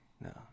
no